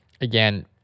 again